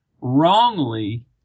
wrongly